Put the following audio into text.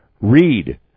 read